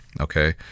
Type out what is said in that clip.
okay